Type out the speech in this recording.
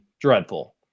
dreadful